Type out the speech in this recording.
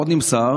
עוד נמסר